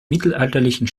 mittelalterlichen